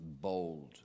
bold